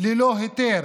ללא היתר.